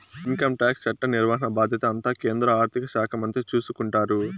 income tax చట్ట నిర్వహణ బాధ్యత అంతా కేంద్ర ఆర్థిక శాఖ మంత్రి చూసుకుంటారు